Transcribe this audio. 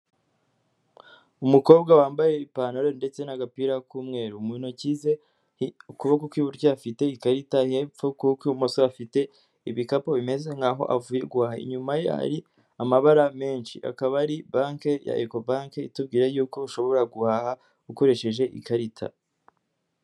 Umukobwa wambaye ipantaro ndetse n'agapira k'umweru, mu ntokize ukuboko kw'iburyo afite ikarita, hepfo ku kuboko kw'bumoso afite ibikapu, bimeze nkaho avuye guhaha, inyuma ye hari amabara menshi, akaba ari banki ya ekobanke itubwira yuko ushobora guhaha ukoresheje ikarita.